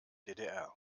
ddr